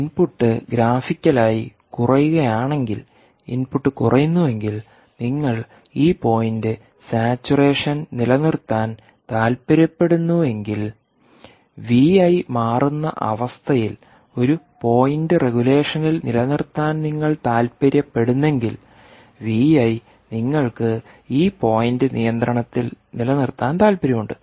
input ഗ്രാഫിക്കലായി കുറയുകയാണെങ്കിൽ input കുറയുന്നുവെങ്കിൽ നിങ്ങൾ ഈ പോയിൻറ് സാച്ചുറേഷനിൽ നിലനിർത്താൻ താൽപ്പര്യപ്പെടുന്നെങ്കിൽ മാറുന്ന അവസ്ഥയിൽ ഒരു പോയിൻറ് റെഗുലേഷനിൽ നിലനിർത്താൻ നിങ്ങൾ താൽപ്പര്യപ്പെടുന്നെങ്കിൽ Vi നിങ്ങൾക്ക് ഈ പോയിൻറ് നിയന്ത്രണത്തിൽ നിലനിർത്താൻ താൽപ്പര്യമുണ്ട്